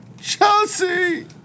Chelsea